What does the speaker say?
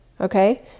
okay